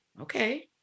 okay